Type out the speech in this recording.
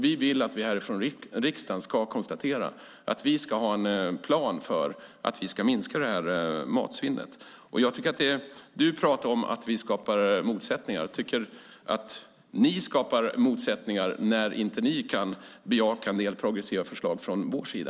Vi vill att vi härifrån riksdagen ska konstatera att vi ska ha en plan för att minska matsvinnet. Du pratar om att vi skapar motsättningar. Jag tycker att ni skapar motsättningar när ni inte kan bejaka en del progressiva förslag från vår sida.